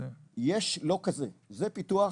יש, לא כזה, זה פיתוח,